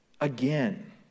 again